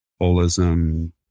holism